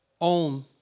own